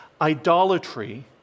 idolatry